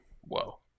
Whoa